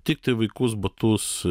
tiktai vaikus batus